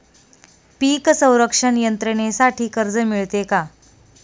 पीक संरक्षण यंत्रणेसाठी कर्ज मिळते का?